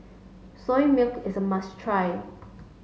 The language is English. Soya Milk is a must try